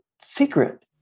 secret